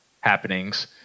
happenings